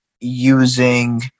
using